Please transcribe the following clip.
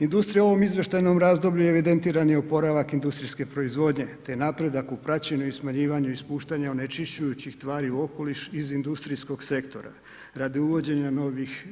Industrija u ovom izvještajnom razdoblju, evidentiran je oporavak industrijske proizvodnje te napredak u praćenju i smanjivanju ispuštanja onečišćujućih tvari u okoliš iz industrijskog sektora radi uvođenja novih